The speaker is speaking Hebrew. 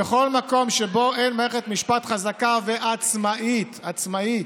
"בכל מקום שבו אין מערכת משפט חזקה ועצמאית" עצמאית,